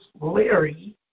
Larry